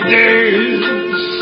days